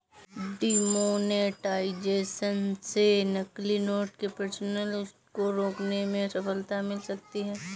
demonetisation से नकली note के प्रचलन को रोकने में सफलता मिल सकती है